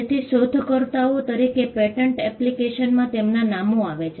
તેથી શોધકર્તાઓ તરીકે પેટન્ટ એપ્લિકેશનમાં તેમના નામો આવે છે